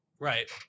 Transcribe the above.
Right